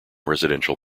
residential